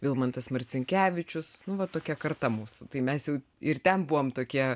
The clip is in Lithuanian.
vilmantas marcinkevičius nu va tokia karta mūsų tai mes jau ir ten buvom tokie